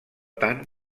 tant